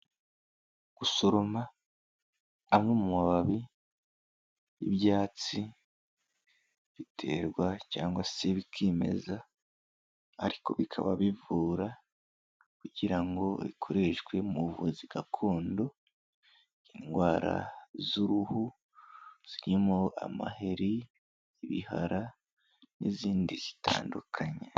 Gusoroma amwe mu mababi y'ibyatsi, biterwa cyangwa se bikimeza, ariko bikaba bivura, kugira ngo bikoreshwe mu buvuzi gakondo, indwara z'uruhu, zirimo amaheri, ibihara, n'izindi zitandukanye.